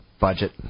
budget